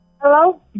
Hello